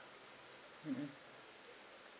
mm mm